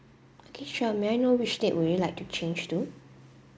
okay sure may I know which date would you like to change to